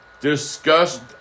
discussed